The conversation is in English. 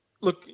look